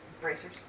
Bracers